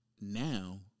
now